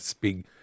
big